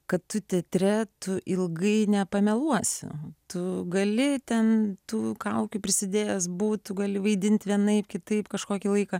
kad teatre tu ilgai nepameluosi tu gali ten tų kaukių prisidėjęs būtų gali vaidinti vienaip kitaip kažkokį laiką